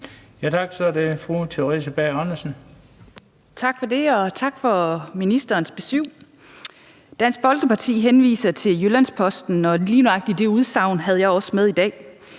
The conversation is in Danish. Tak for det, og tak for ministerens besyv. Dansk Folkeparti henviser til Jyllands-Posten, og lige nøjagtig det udsagn havde jeg også med i dag.